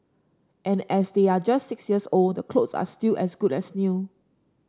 and as they're just six years old the clothes are still as good as new